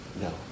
No